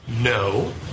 No